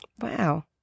Wow